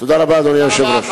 תודה רבה, אדוני היושב-ראש.